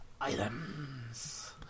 Items